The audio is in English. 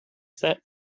set